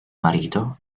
marito